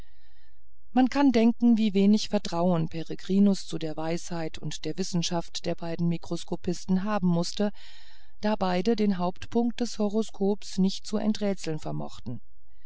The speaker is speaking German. man kann denken wie wenig vertrauen peregrinus zu der weisheit und wissenschaft der beiden mikroskopisten haben mußte da beide den hauptpunkt des horoskops nicht zu enträtseln vermochten